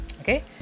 okay